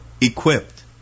equipped